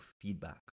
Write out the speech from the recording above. feedback